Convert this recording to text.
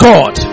God